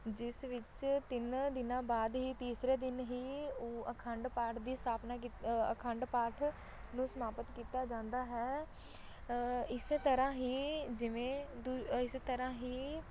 ਜਿਸ ਵਿੱਚ ਤਿੰਨ ਦਿਨਾਂ ਬਾਅਦ ਹੀ ਤੀਸਰੇ ਦਿਨ ਹੀ ਅਖੰਡ ਪਾਠ ਦੀ ਸਥਾਪਨਾ ਕੀਤ ਅਖੰਡ ਪਾਠ ਨੂੰ ਸਮਾਪਤ ਕੀਤਾ ਜਾਂਦਾ ਹੈ ਇਸ ਤਰ੍ਹਾਂ ਹੀ ਜਿਵੇਂ ਦ ਇਸ ਤਰ੍ਹਾਂ ਹੀ